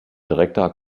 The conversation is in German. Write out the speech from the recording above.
direkter